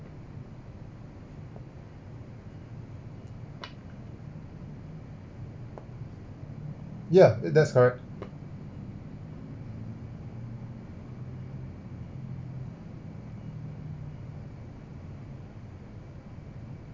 yeah that's correct